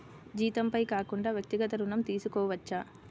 జీతంపై కాకుండా వ్యక్తిగత ఋణం తీసుకోవచ్చా?